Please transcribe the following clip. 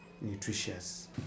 nutritious